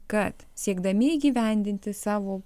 kad siekdami įgyvendinti savo